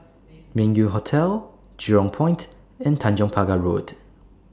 Meng Yew Hotel Jurong Point and Tanjong Pagar Road